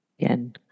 Again